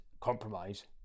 compromise